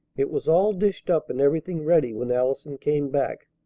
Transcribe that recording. it was all dished up and everything ready when allison came back.